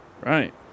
Right